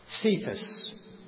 Cephas